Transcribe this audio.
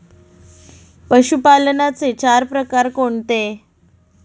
पशुपालनाचे चार प्रकार कोणते?